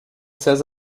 says